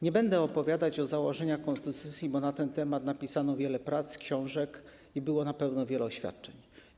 Nie będę opowiadać o założeniach konstytucji, bo na ten temat napisano wiele prac, książek i było na pewno wiele oświadczeń.